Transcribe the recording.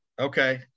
Okay